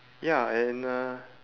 ya and uh